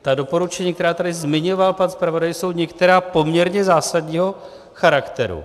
Ta doporučení, která tady zmiňoval pan zpravodaj, jsou některá poměrně zásadního charakteru.